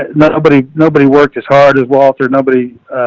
and nobody, nobody worked as hard as walter. nobody,